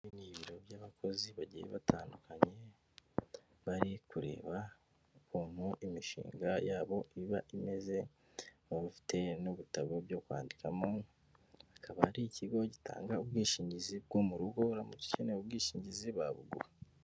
Ibi ni ibiro by'abakozi bagiye batandukanye, bari kureba ukuntu imishinga yabo iba imeze n'ufite n'ubu tabo byo kwandikamo akaba ari ikigo gitanga ubwishingizi bwo mu rugo uramutse ukeneye ubwishingizi babuguha.